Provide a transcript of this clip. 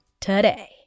today